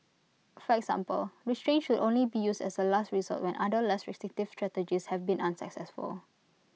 for example restraints should only be used as A last resort when other less restrictive strategies have been unsuccessful